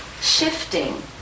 shifting